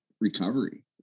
recovery